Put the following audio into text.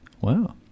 Wow